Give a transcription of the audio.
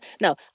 No